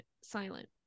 silent